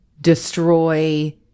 destroy